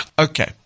Okay